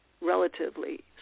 relatively